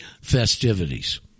festivities